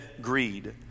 greed